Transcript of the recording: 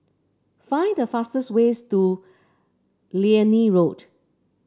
find the fastest ways to Liane Road